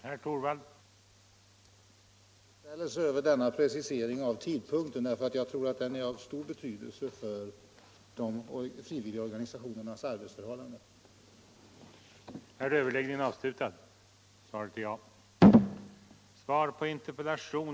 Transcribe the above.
Herr talman! Jag vill uttrycka min tillfredsställelse över denna precisering av tidpunkten. Jag tror att den är av stor betydelse för de frivilliga organisationernas arbetsförhållanden.